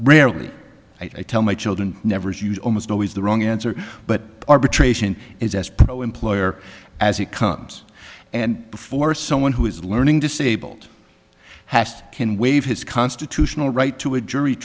rarely i tell my children never is used almost always the wrong answer but arbitration is as pro employer as it comes and before someone who is learning disabled hast can waive his constitutional right to a jury